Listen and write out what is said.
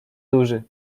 duży